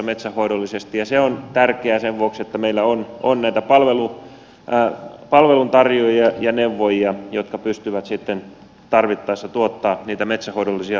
se on tärkeää sen vuoksi että meillä on näitä palveluntarjoajia ja neuvojia jotka pystyvät sitten tarvittaessa tuottamaan niitä metsänhoidollisia toimenpiteitä